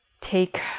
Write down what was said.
take